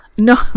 No